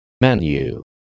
Menu